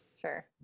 Sure